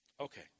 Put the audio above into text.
Okay